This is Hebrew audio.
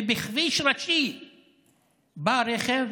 ובכביש ראשי בא רכב